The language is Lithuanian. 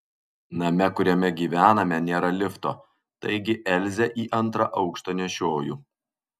name kuriame gyvename nėra lifto taigi elzę į antrą aukštą nešioju